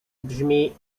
brzmi